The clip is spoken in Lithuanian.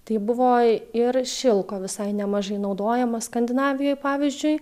tai buvo ir šilko visai nemažai naudojama skandinavijoj pavyzdžiui